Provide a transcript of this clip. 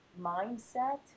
mindset